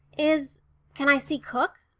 is can i see cook?